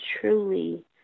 truly